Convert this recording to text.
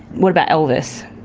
what about elvis?